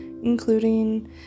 including